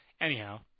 Anyhow